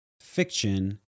fiction